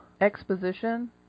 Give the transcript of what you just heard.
exposition